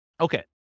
okay